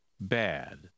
bad